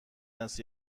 است